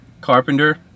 Carpenter